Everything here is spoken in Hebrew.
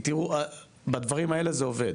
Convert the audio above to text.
כי תראו, בדברים האלה זה עובד.